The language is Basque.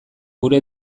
gure